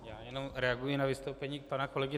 Já jenom reaguji na vystoupení pana kolegy